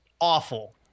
awful